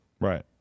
Right